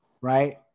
right